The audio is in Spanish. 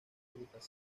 frutas